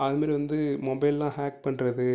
அது மாரி வந்து மொபைல்லாம் ஹேக் பண்ணுறது